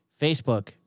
Facebook